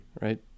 Right